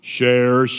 Share